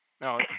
No